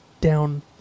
down